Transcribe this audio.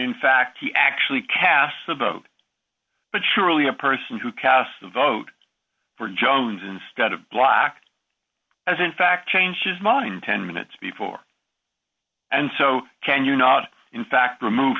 in fact he actually cast a vote but surely a person who cast a vote for jones instead of black as in fact changed his mind ten minutes before and so can you not in fact remove